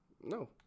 No